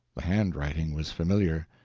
the handwriting was familiar.